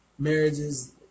marriages